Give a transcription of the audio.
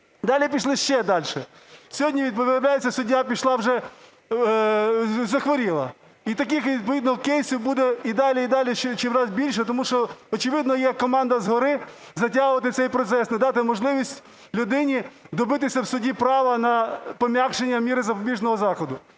Далі пішли ще дальше. Сьогодні, виявляється, суддя пішла вже… захворіла. І таких відповідно кейсів буде і далі, і далі чимраз більше, тому що очевидно є команда згори затягувати цей процес, не дати можливості людині добитися в суді права на пом'якшення міри запобіжного заходу.